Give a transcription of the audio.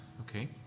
okay